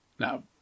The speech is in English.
Now